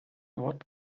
what